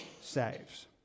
saves